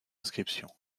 inscription